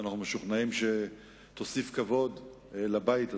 ואנחנו משוכנעים שתוסיף כבוד לבית הזה.